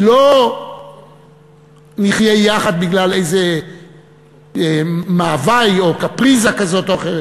כי לא נחיה יחד בגלל איזה מאוויים או קפריזה כזאת או אחרת.